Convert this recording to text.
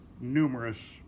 numerous